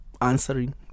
answering